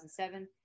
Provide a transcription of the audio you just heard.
2007